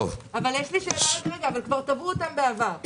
אבל כבר תבעו אותם בעבר.